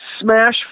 smash